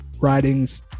writings